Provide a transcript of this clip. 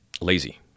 lazy